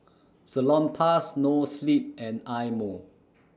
Salonpas Noa Sleep and Eye Mo